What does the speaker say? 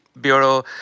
Bureau